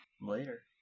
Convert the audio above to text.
Later